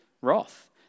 wrath